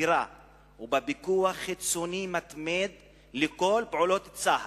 בחקירה ובפיקוח חיצוני מתמיד על כל פעולות צה"ל.